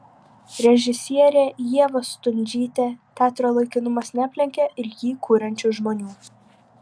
režisierė ieva stundžytė teatro laikinumas neaplenkia ir jį kuriančių žmonių